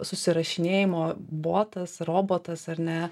susirašinėjimo botas robotas ar ne